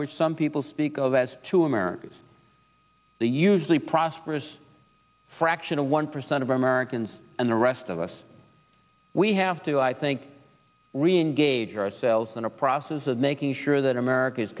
and some people speak of as two americas the usually prosperous fraction of one percent of americans and the rest of us we have to i think reengage ourselves in a process of making sure that america